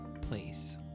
place